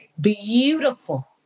beautiful